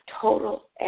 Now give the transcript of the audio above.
total